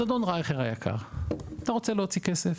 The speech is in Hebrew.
אז אדון רייכר היקר, אתה רוצה להוציא כסף?